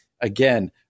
Again